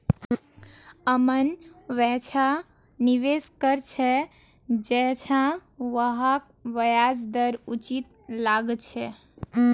अमन वैछा निवेश कर छ जैछा वहाक ब्याज दर उचित लागछे